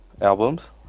albums